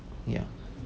ya